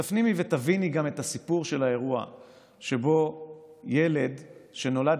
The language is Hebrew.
ותפנימי ותביני גם את הסיפור של האירוע שבו ילד שנולד